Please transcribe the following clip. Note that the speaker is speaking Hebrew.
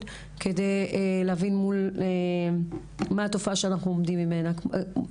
כדי להבין מה התופעה שאנחנו עומדים מולה.